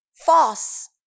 false